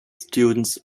students